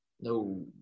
No